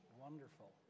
wonderful